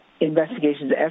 investigations